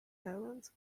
island